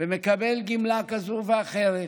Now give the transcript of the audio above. ומקבל גמלה כזאת ואחרת.